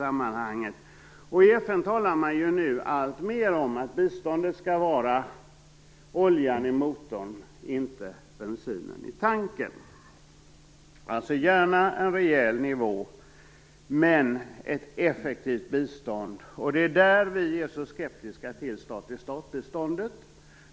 I FN talar man nu allt mer om att biståndet skall vara oljan i motorn och inte bensinen i tanken - alltså gärna en hög nivå men också ett effektivt bistånd. Därför är vi så skeptiska till stat-till-stat-biståndet.